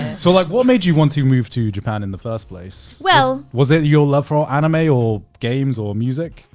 so like what made you want to move to japan in the first place? was it your love for ah anime or games or music?